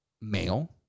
male